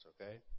okay